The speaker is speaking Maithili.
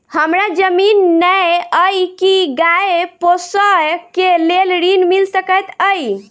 हमरा जमीन नै अई की गाय पोसअ केँ लेल ऋण मिल सकैत अई?